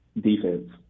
Defense